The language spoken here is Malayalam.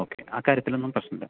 ഓക്കെ ആ കാര്യത്തിലൊന്നും പ്രശ്നമില്ല